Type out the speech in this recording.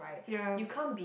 ya